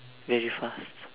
very fast